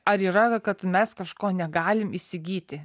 ar yra kad mes kažko negalim įsigyti